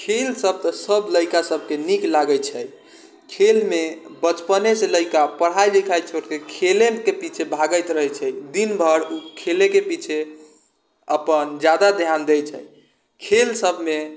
खेल सभ तऽ सभ लड़िका सभके नीक लागै छै खेलमे बचपनेसँ लड़िका पढ़ाइ लिखाइ छोड़िके खेलैके पीछे भागैत रहै छै दिन भरि उ खेलैके पीछे अपन जादा ध्यान दै छै खेल सभमे